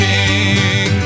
King